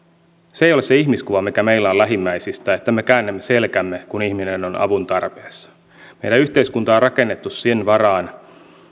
se ei ole se ihmiskuva mikä meillä on lähimmäisistä että me käännämme selkämme kun ihminen on avun tarpeessa meidän yhteiskuntamme on rakennettu sen varaan